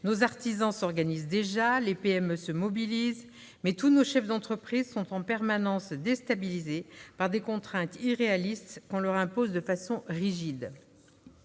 Nos artisans s'organisent déjà et les PME se mobilisent, mais tous nos chefs d'entreprise sont en permanence déstabilisés par des contraintes irréalistes qu'on leur impose de façon rigide.